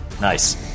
Nice